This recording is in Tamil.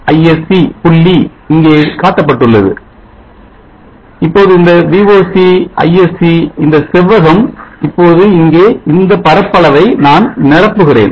Isc புள்ளி இங்கே காட்டப்பட்டுள்ளது இப்போது இந்த Voc Isc இந்த செவ்வகம் இப்போது இங்கே இந்த பரப்பளவை நான் நிரப்புகிறேன்